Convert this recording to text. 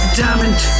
diamond